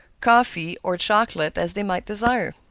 coffee, or chocolate, as they might desire.